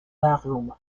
bathroom